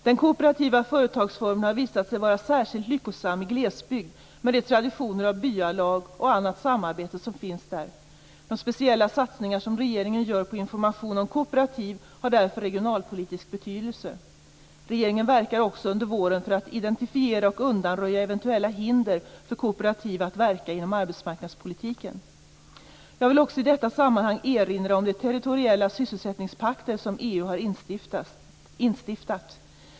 Den kooperativa företagsformen har visat sig vara särskilt lyckosam i glesbygd med de traditioner av byalag och annat samarbete som finns där. De speciella satsningar som regeringen gör på information om kooperativ har därför regionalpolitisk betydelse. Regeringen verkar också under våren för att identifiera och undanröja eventuella hinder för kooperativ att verka inom arbetsmarknadspolitiken. Jag vill också i detta sammanhang erinra om de territoriella sysselsättningspakter som EU har instiftat.